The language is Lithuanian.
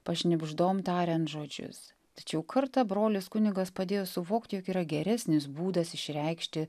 pašnibždom tariant žodžius tačiau kartą brolis kunigas padėjo suvok jog yra geresnis būdas išreikšti